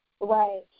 Right